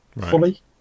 fully